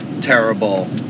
terrible